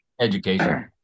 Education